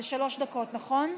בבקשה.